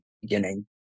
beginning